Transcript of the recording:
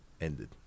ended